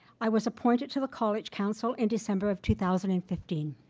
i was appointed to the college council in december of two thousand and fifteen.